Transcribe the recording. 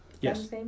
yes